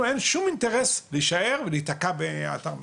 לנו אין שום אינטרס להישאר ולהיתקע באתר מקורות,